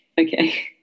okay